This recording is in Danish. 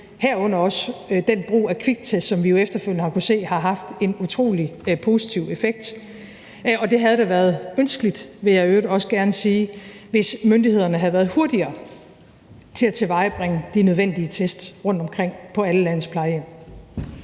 herunder også ved brug af kviktest, som vi efterfølgende har kunnet se har haft en utrolig positiv effekt. Og det havde da været ønskeligt, vil jeg i øvrigt gerne sige, hvis myndighederne havde været hurtigere til at tilvejebringe de nødvendige test rundtomkring på alle landets plejehjem.